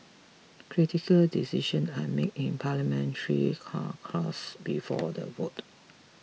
critical decisions are made in Parliamentary caucus before the vote